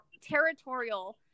territorial